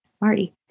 Marty